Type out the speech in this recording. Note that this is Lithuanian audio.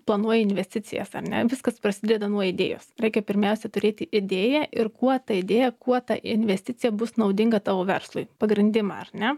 planuoji investicijas ar ne viskas prasideda nuo idėjos reikia pirmiausia turėti idėją ir kuo ta idėja kuo ta investicija bus naudinga tavo verslui pagrindimą ar ne